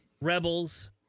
Rebels